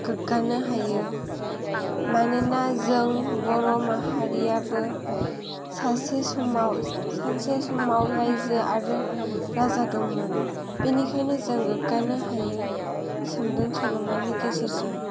गोग्गानो हायो मानोना जों बर' माहारियाबो सानसे समाव रायजो आरो राजा दंमोन बेनिखायनो जों गोग्गानो हायो सोमदोन सल'मानि गेजेरजों